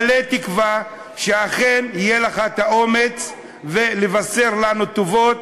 מלא תקווה שאכן יהיה לך האומץ לבשר לנו טובות